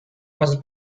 was